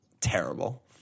terrible